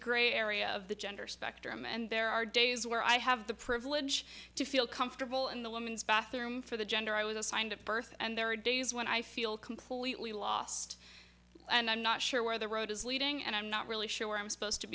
gray area of the gender spectrum and there are days where i have the privilege to feel comfortable in the woman's bathroom for the gender i was assigned at birth and there are days when i feel completely lost and i'm not sure where the road is leading and i'm not really sure where i'm supposed to